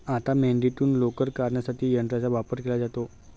आता मेंढीतून लोकर काढण्यासाठी यंत्राचा वापर केला जातो